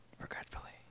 regretfully